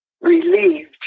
relieved